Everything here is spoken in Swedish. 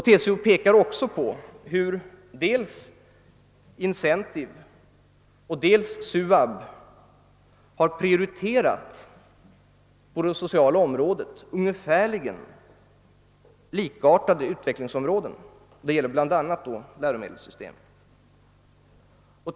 TCO pekar också på hur dels Incentive, dels SUAB har prioriterat på det sociala området ungefär likartade utvecklingsområden — det gäller bl.a. läromedelssystemen.